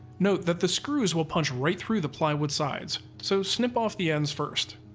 note that the screws will punch right through the plywood sides, so snip off the ends first.